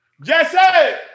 Jesse